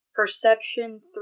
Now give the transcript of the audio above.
Perception